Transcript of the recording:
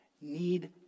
need